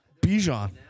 Bijan